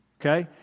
Okay